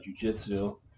jujitsu